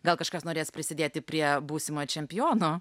gal kažkas norės prisidėti prie būsimo čempiono